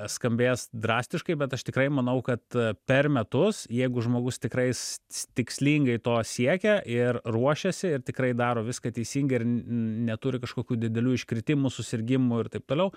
skambės drastiškai bet aš tikrai manau kad per metus jeigu žmogus tikrais tikslingai to siekia ir ruošiasi ir tikrai daro viską teisingai ir neturi kažkokių didelių iškritimų susirgimų ir taip toliau